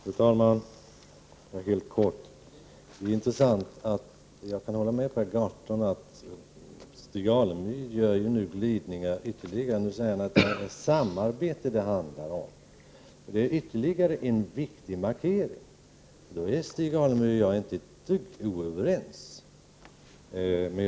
Fru talman! Bara helt kort. Jag kan hålla med Per Gahrton om att Stig Alemyr gör ytterligare glidningar. Nu säger Stig Alemyr att det handlar om samarbete. Det är ytterligare en viktig markering. Men då är Stig Alemyr och jag inte det minsta oense.